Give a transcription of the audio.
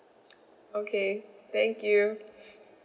okay thank you